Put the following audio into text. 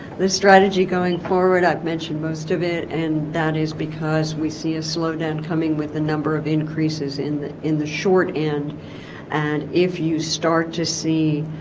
the strategy going forward i've mentioned most of it and that is because we see a slowdown coming with the number of increases in the in the short end and if you start to see